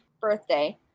birthday